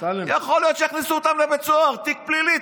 יכול להיות שיכניסו אותם לבית סוהר, תיק פלילי.